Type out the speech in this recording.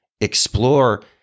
explore